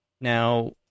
now